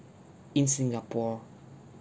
in singapore